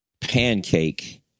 pancake